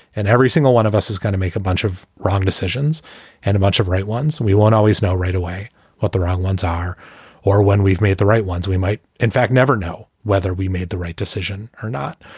and every single one of us is gonna make a bunch of wrong decisions and a bunch of right ones. we won't always know right away what the wrong ones are or when we've made the right ones. we might, in fact, never know whether we made the right decision or not.